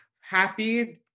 happy